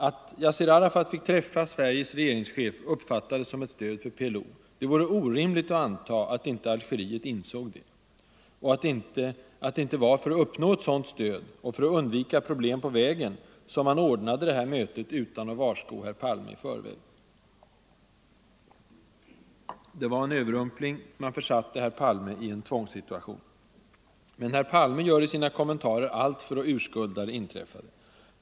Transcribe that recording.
Att Yassir Arafat fick träffa Sveriges regeringschef uppfattades som ett stöd för PLO. Det vore orimligt att anta att inte Algeriet insåg det och att det inte var för att uppnå ett sådant stöd, och för att undvika problem på vägen, som man ordnade mötet utan att varsko herr Palme i förväg. Det var en överrumpling; man försatte herr Palme i en tvångssituation, Men herr Palme gör i sina kommentarer allt för att urskulda det inträffade.